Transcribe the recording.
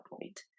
point